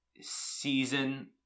season